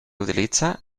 utilitza